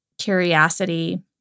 curiosity